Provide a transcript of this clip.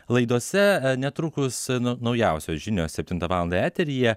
laidose e netrukus nu naujausios žinios septintą valandą eteryje